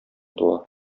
туа